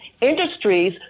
industries